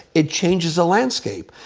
it changes the landscape.